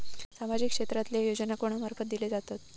सामाजिक क्षेत्रांतले योजना कोणा मार्फत दिले जातत?